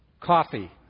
Coffee